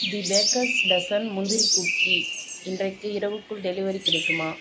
தி Baker's Dozen முந்திரி cookie இன்றைக்கு இரவுக்குள் டெலிவரி கிடைக்குமா